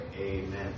Amen